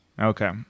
Okay